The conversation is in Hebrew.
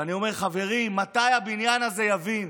ואני אומר, חברים, מתי הבניין הזה יבין,